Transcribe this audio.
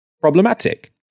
problematic